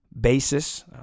basis